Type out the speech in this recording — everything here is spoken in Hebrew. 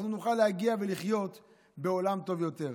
אנחנו נוכל להגיע ולחיות בעולם טוב יותר.